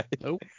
Nope